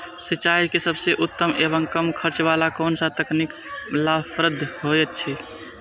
सिंचाई के सबसे उत्तम एवं कम खर्च वाला कोन तकनीक लाभप्रद होयत छै?